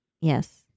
Yes